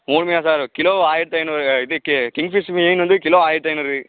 மூணு மீனா sir kilo ஆயிரத்தி ஐநூறு ஏ இது கே கிங்ஃபிஸ் மீன் வந்து கிலோ ஆயிரத்தி ஐநூறு